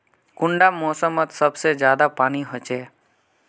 कुंडा मोसमोत सबसे ज्यादा पानी होचे?